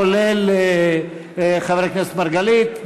כולל חבר הכנסת מרגלית,